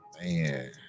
Man